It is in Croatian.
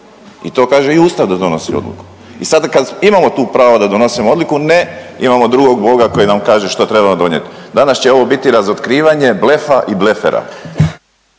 I to kaže i Ustav da donosi odluku. I sada kad imamo tu pravo da donosimo odluku, ne imamo drugog boga koji nam kaže što treba donijeti. Danas će ovo biti razotkrivanje blefa i blefera.